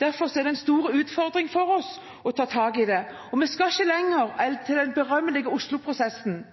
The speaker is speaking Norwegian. Derfor er det en stor utfordring for oss å ta tak i det. Vi skal ikke lenger enn til den berømmelige